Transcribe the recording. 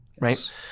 Right